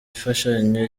mfashanyo